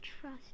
trust